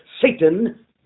Satan